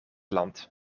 land